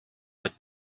but